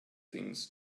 things